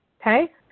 okay